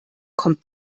kommt